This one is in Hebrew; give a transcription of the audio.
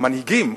המנהיגים,